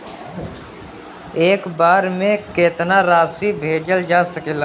एक बार में केतना राशि भेजल जा सकेला?